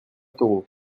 taureau